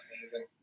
amazing